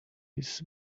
his